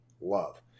love